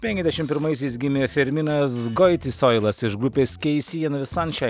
penkiasdešim pirmaisiais gimė firminas goitisoilas iš grupės kei se and dhe sanšhin